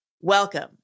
Welcome